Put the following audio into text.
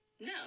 no